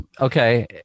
okay